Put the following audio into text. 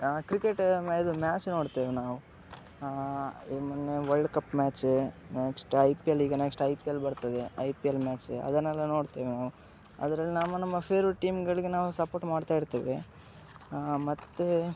cricket ಮ್ಯ ಇದು match ನೋಡ್ತೇವೆ ನಾವು ಈ ಮೊನ್ನೆ world cup match next I P L ಈಗ ನೆಕ್ಸ್ಟ್ ಐ ಪಿ ಎಲ್ ಬರ್ತದೆ ಐ ಪಿ ಎಲ್ ಮ್ಯಾಚ್ ಅದನ್ನೆಲ್ಲ ನೋಡ್ತೇವೆ ನಾವು ಅದ್ರಲ್ಲಿ ನಮ್ಮ ನಮ್ಮ ಫೇರೇಟ್ ಟೀಮ್ಗಳಿಗೆ ನಾವು ಸಪೋರ್ಟ್ ಮಾಡ್ತಾ ಇರ್ತೇವೆ ಮತ್ತೆ